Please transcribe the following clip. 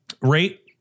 rate